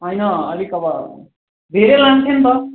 होइन अलिक अब धेरै लाने थिए नि त